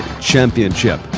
Championship